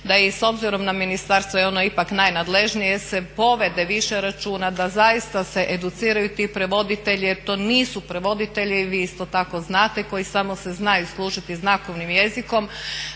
je i s obzirom na ministarstvo jer ono je ipak najnadležnije, se povede više računa da zaista se educiraju ti prevoditelji jer to nisu prevoditelji. Vi isto tako znate koji samo se znaju služiti znakovnim jezikom,